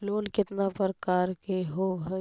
Loan केतना प्रकार के होव हइ?